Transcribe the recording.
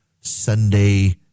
Sunday